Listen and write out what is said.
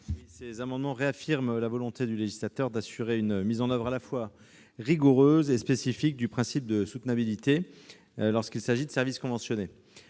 Ces amendements tendent à réaffirmer la volonté du législateur d'assurer une mise en oeuvre à la fois rigoureuse et adaptée du principe de soutenabilité, lorsqu'il s'agit de services conventionnés.